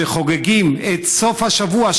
שחוגגים את סוף השבוע,